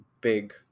big